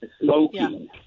smoking